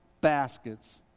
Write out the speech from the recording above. baskets